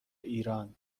ایران